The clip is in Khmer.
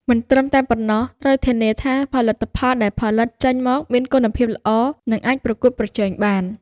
មិនត្រឹមតែប៉ុណ្ណោះ ត្រូវធានាថាផលិតផលដែលផលិតចេញមកមានគុណភាពល្អ និងអាចប្រកួតប្រជែងបាន។